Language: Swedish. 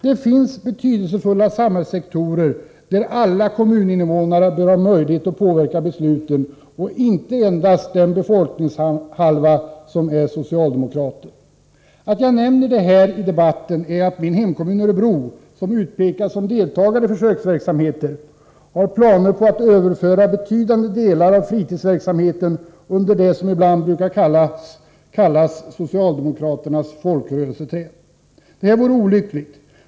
Det finns betydelsefulla samhällssektorer där alla kommuninvånare, och inte endast den befolkningshalva som är socialdemokrater, bör ha möjlighet att påverka besluten. Anledningen till att jag nämner detta i debatten är att min hemkommun Örebro, som utpekas som deltagare i försöksverksamheten, har planer på att överföra betydande delar av fritidsverksamheten under det som ibland brukar kallas socialdemokraternas folkrörelseträd. Det vore olyckligt.